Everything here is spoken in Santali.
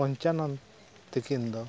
ᱯᱚᱧᱪᱟᱱᱚᱱ ᱛᱤᱠᱤᱱ ᱫᱚ